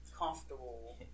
Comfortable